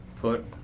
put